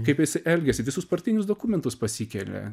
kaip jisai elgiasi visus partinius dokumentus pasikelia